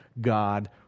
God